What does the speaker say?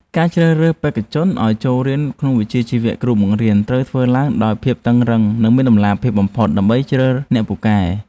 ការជ្រើសរើសបេក្ខជនឱ្យចូលរៀនក្នុងវិជ្ជាជីវៈគ្រូបង្រៀនត្រូវធ្វើឡើងដោយភាពតឹងរ៉ឹងនិងមានតម្លាភាពបំផុតដើម្បីជ្រើសអ្នកពូកែ។